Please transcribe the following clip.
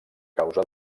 causa